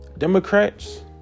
Democrats